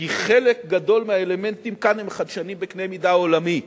כי חלק גדול מהאלמנטים כאן הם חדשניים בקנה-מידה עולמי.